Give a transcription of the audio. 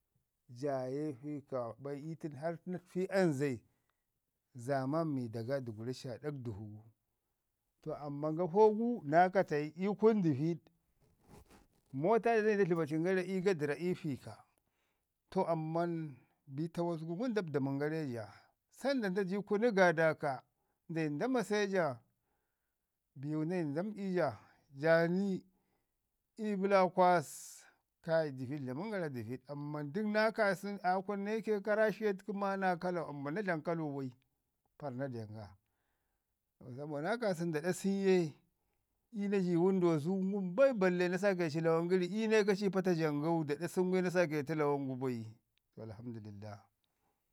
Jaye pika baya i tənu naa təfi amza, zamman mi da ga dugura ci aa ɗak dəvu gu. To amman gafo gu naa katayi i kunu dəviɗ mota ja dani da dləmacin gara ii yadərra ii fiko. To amman bi tawas gu ngum da ɗadamən gara i ja se da nda ji ii kunu. Gadaka nda yi nda mase ja nda nai nda məɗi ja, jaa ni ii bəlaakos, kai dəviɗ dlamən dəviɗ amman dək naa kaasən aa kunu naike karashiya maa naa kalau amman na dlamu kalu bai parr na den ga. To sabo naa kaasən iyu ye naji wənduwa zoo ngum bai balle na sakeci laman gəri jiyu na ika ci ii pata jangau da ɗa sən gu na saketu laman gu bai. Alhamdulillah.